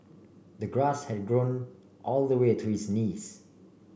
the grass had grown all the way to his knees